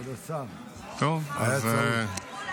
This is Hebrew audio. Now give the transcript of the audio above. תתחברו לארץ, תתחברו לעולם.